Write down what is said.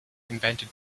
invented